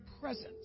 presence